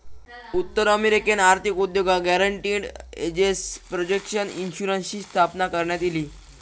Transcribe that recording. उत्तर अमेरिकन आर्थिक उद्योगात गॅरंटीड एसेट प्रोटेक्शन इन्शुरन्सची स्थापना करण्यात इली